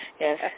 Yes